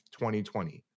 2020